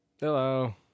Hello